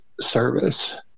service